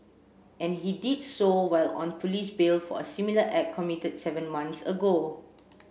and he did so while on police bail for a similar act committed seven months ago